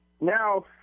now